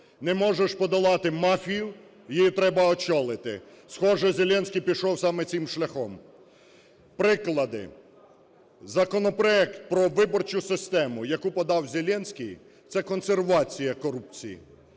"Не можеш подолати мафію – її треба очолити". Схоже, Зеленський пішов саме цим шляхом. Приклади. Законопроект про виборчу систему, яку подав Зеленський, – це консервація корупції,